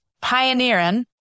pioneering